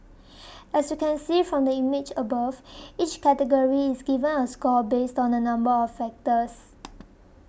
as you can see from the image above each category is given a score based on a number of factors